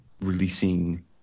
releasing